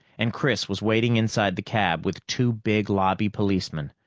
and chris was waiting inside the cab with two big lobby policemen.